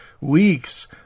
weeks